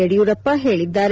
ಯುಡಿಯೂರಪ್ಪ ಹೇಳಿದ್ದಾರೆ